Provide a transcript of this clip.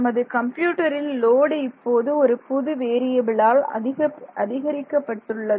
நமது கம்ப்யூட்டரில் லோட் இப்போது ஒரு புது வேறியபிலால் அதிகரிக்கப்பட்டுள்ளது